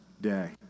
day